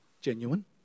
Genuine